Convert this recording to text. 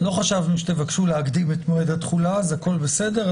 לא חשבנו שתבקשו להקדים את מועד התחילה אז הכול בסדר.